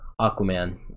Aquaman